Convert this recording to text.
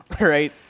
right